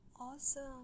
awesome